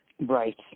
Right